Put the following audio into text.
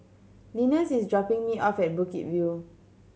Linus is dropping me off at Bukit View